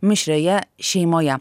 mišrioje šeimoje